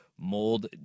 mold